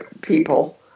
people